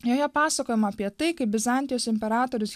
joje pasakojama apie tai kaip bizantijos imperatorius